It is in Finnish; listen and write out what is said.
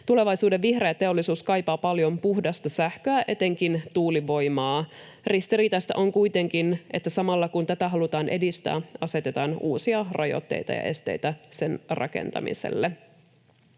Tulevaisuuden vihreä teollisuus kaipaa paljon puhdasta sähköä, etenkin tuulivoimaa. Ristiriitaista on kuitenkin, että samalla, kun tätä halutaan edistää, asetetaan uusia rajoitteita ja esteitä sen rakentamiselle.